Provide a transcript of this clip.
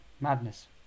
madness